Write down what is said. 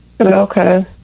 Okay